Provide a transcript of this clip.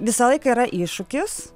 visą laiką yra iššūkis